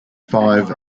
five